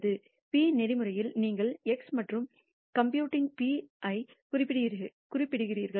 P நெறிமுறையில் நீங்கள் x மற்றும் கம்ப்யூட்டிங் p ஐ குறிப்பிடுகிறீர்கள்